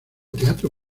teatro